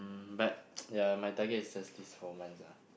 mm but ya my target is just this four months ah